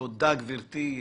תודה, גברתי.